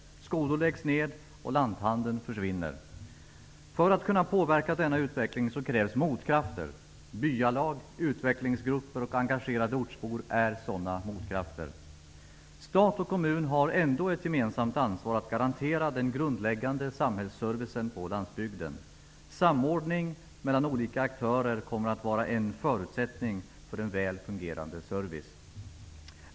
Skolor läggs ned, och lanthandeln försvinner. För att denna utveckling skall kunna påverkas krävs motkrafter. Byalag, utvecklingsgrupper och engagerade ortsbor är sådana motkrafter. Stat och kommun har ändå ett gemensamt ansvar för att garantera den grundläggande samhällsservicen på landsbygden. Samordning mellan olika aktörer kommer att vara en förutsättning för en väl fungerande service.